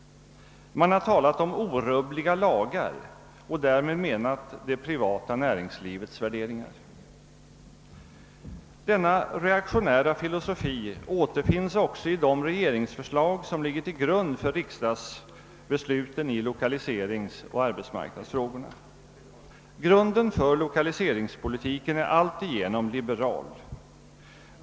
Man har talat om »orubbliga lagar» och därmed menat det privata näringslivets värderingar. Denna reaktionära filosofi återfinns också i de regeringsförslag som ligger till grund för riksdagsbesluten i lokaliseringsoch arbetsmarknadsfrågorna. Grunden för lokaliseringspolitiken är alltigenom liberal.